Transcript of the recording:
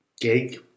gig